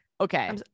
okay